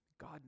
God